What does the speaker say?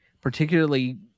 particularly